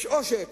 יש עושק,